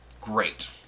great